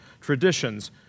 traditions